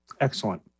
Excellent